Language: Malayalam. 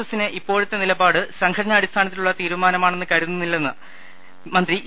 എസിന്റെ ഇപ്പോഴത്തെ നിലപാട് സംഘടന അടിസ്ഥാനത്തിൽ ഉള്ള തീരുമാനമാണെന്ന് കരുതു ന്നില്ലെന്ന് മന്ത്രി ഇ